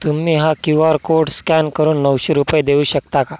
तुम्ही हा Q R code scan करून नऊशे रुपये देऊ शकता का